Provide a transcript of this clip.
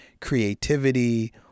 creativity